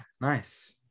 Nice